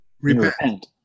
Repent